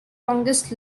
longest